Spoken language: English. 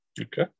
Okay